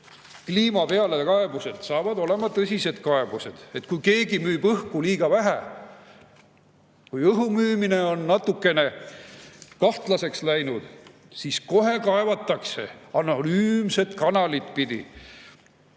kliimapealekaebused saavad olema tõsised kaebused. Kui keegi müüb õhku liiga vähe, kui õhu müümine on natukene kahtlaseks läinud, siis kohe kaevatakse anonüümset kanalit pidi.